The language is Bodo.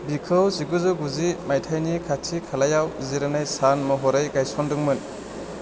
बिखौ जिुगुजौ गुजि माइथायनि खाथि खालायाव जिरायनाय सान महरै गायसनदोंमोन